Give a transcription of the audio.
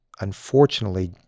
unfortunately